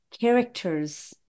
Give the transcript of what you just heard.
characters